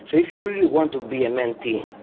so if you really want to be a mentee,